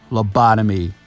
Lobotomy